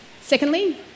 Secondly